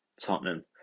Tottenham